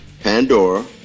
Pandora